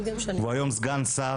היום הוא סגן שר,